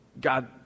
God